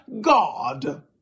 God